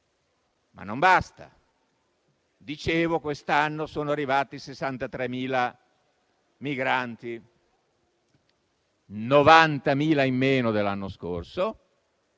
Non basta. Dicevo che quest'anno sono arrivati 63.000 migranti, 90.000 in meno dell'anno scorso